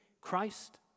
Christ